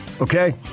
Okay